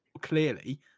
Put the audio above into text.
clearly